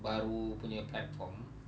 baru punya platform